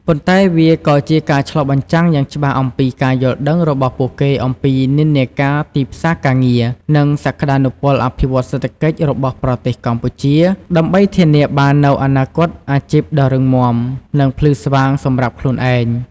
ប៉ុន្តែវាក៏ជាការឆ្លុះបញ្ចាំងយ៉ាងច្បាស់អំពីការយល់ដឹងរបស់ពួកគេអំពីនិន្នាការទីផ្សារការងារ និងសក្តានុពលអភិវឌ្ឍន៍សេដ្ឋកិច្ចរបស់ប្រទេសកម្ពុជា ដើម្បីធានាបាននូវអនាគតអាជីពដ៏រឹងមាំ និងភ្លឺស្វាងសម្រាប់ខ្លួនឯង។